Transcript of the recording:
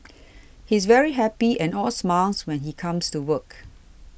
he's very happy and all smiles when he comes to work